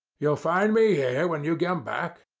you'll find me here when you come back.